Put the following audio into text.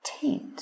taint